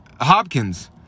Hopkins